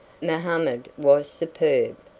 mohammed was superb,